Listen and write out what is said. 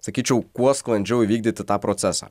sakyčiau kuo sklandžiau įvykdyti tą procesą